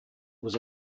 was